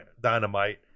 Dynamite